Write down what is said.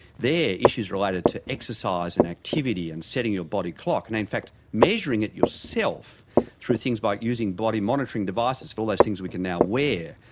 there, issues related to exercise and activity and setting your body clock, and in fact measuring it yourself through things like using body monitoring devices for all those things we can now wear,